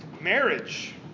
Marriage